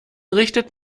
richtet